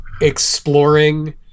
exploring